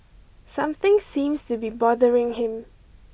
something seems to be bothering him